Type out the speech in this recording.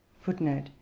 footnote